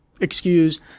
excuse